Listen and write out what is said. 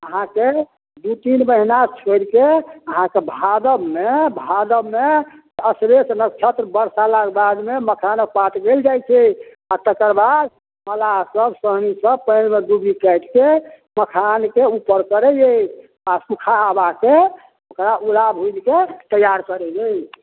अहाँके दुइ तीन महिना छोड़िके अहाँके भादोमे भादोमे असरेस नक्षत्र बरसलाक बादमे मखानक पात गलि जाए छै आओर तकर बाद मल्लाहसभ साहनीसभ पानिमे डुब्बी काटिके मखानके उपर करै अछि आओर सुखाके ओकरा उला भुजिके तैआर करै अछि